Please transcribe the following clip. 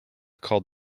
called